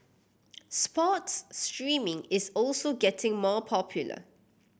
sports streaming is also getting more popular